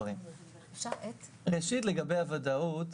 ראשית, לגבי הוודאות: